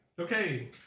Okay